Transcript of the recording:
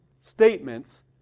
statements